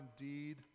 indeed